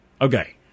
okay